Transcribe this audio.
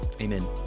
Amen